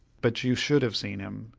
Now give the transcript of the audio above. but you should have seen him.